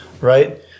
right